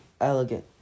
elegant